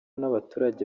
n’abaturage